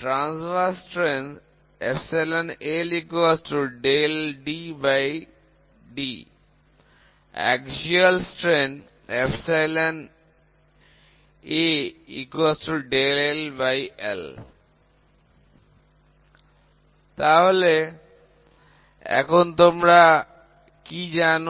ta তির্যক বিকৃতি t ∆DD অক্ষীয় বিকৃতি a ∆LL তাহলে এখন তোমরা কি জানো